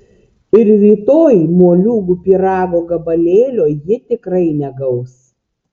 ir rytoj moliūgų pyrago gabalėlio ji tikrai negaus